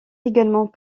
également